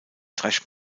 thrash